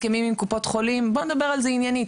הסכמים עם קופות חולים בואו נדבר על זה עניינית.